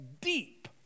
deep